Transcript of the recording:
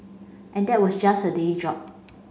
and that was just her day job